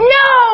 no